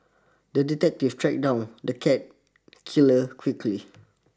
the detective tracked down the cat killer quickly